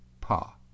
pa